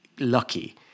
lucky